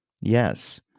Yes